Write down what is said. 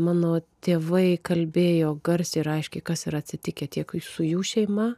mano tėvai kalbėjo garsiai ir aiškiai kas yra atsitikę tiek su jų šeima